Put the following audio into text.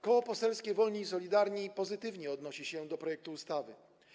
Koło Poselskie Wolni i Solidarni pozytywnie odnosi się do projektu ustawy.